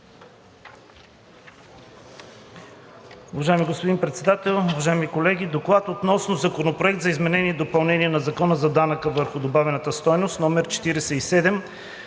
Уважаеми господин Председател, уважаеми колеги! „ДОКЛАД относно Законопроект за изменение и допълнение на Закона за данък върху добавената стойност, №